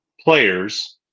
players